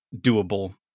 Doable